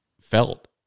felt